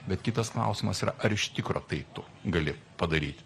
bet kitas klausimas ar iš tikro tai tu gali padaryti